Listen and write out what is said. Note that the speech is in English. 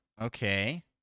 Okay